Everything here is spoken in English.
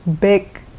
big